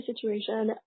situation